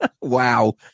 Wow